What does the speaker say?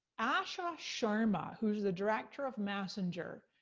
asha sharma, who's the director of messenger.